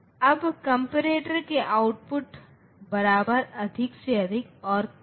अब कॉम्परेटर के आउटपुट बराबर अधिक से अधिक और कम से है